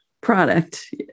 product